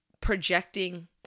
projecting